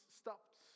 stopped